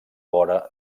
vora